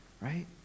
right